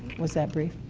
was that brief?